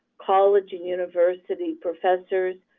college and university professors,